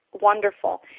wonderful